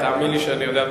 תאמין לי שאני יודע.